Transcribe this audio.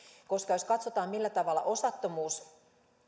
jos katsotaan millä tavalla osattomuus